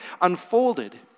unfolded